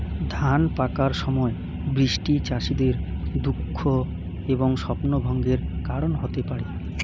ধান পাকার সময় বৃষ্টি চাষীদের দুঃখ এবং স্বপ্নভঙ্গের কারণ হতে পারে